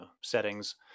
settings